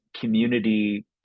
community